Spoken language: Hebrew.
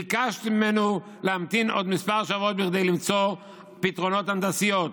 ביקשתי ממנו להמתין עוד כמה שבועות כדי למצוא פתרונות הנדסיים,